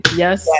yes